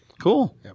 cool